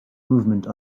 movement